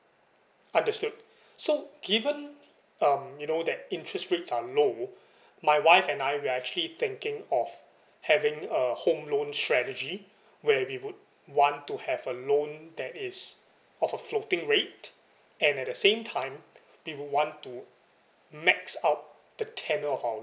understood so given um you know that interest rates are low my wife and I we are actually thinking of having a home loan strategy where we would want to have a loan that is of a floating rate and at the same time we would want to max out the tenure of our